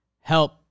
Help